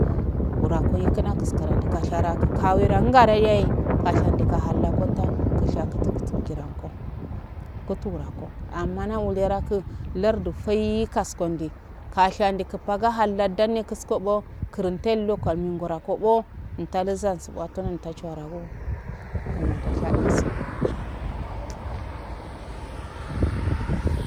Wura konkuna kuskarondi kashara ngadayaye kahalla gonta kusha kuturku kiranko kutugura ko amma nau uloyaraku lardu fai kasfondi kashanchigage haddanne kuskobo kuran teg lo kaumingoa kobo untaluzansu buwatong ntachi warago kuman tashadiyasun